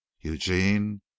Eugene